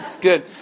good